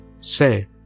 say